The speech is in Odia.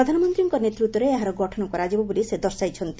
ପ୍ରଧାନମନ୍ତ୍ରୀଙ୍କ ନେତୃତ୍ୱରେ ଏହାର ଗଠନ କରାଯିବ ବୋଲି ସେ ଦର୍ଶାଇଛନ୍ତି